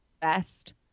Best